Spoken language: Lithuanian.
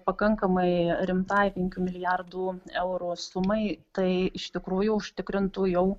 pakankamai rimtai penkių milijardų eurų sumai tai iš tikrųjų užtikrintų jau